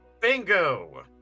bingo